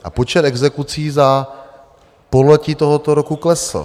A počet exekucí za pololetí tohoto roku klesl.